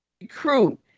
recruit